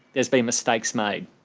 there's been mistakes made.